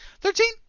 Thirteen